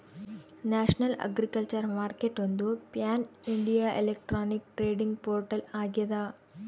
national agriculture ಮಾರ್ಕೆಟ್ಒಂದು pan India electronic trading portal ಆಗ್ಯದ